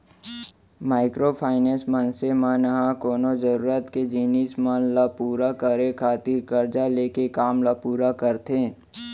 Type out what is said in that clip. micro finance, मनसे मन ह कोनो जरुरत के जिनिस मन ल पुरा करे खातिर करजा लेके काम ल पुरा करथे